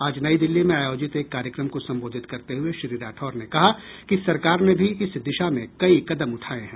आज नई दिल्ली में आयोजित एक कार्यकम को संबोधित करते हुए श्री राठौड़ ने कहा कि सरकार ने भी इस दिशा में कई कदम उठाये हैं